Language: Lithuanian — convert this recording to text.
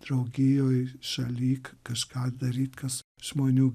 draugijoj šaly kažką daryt kas žmonių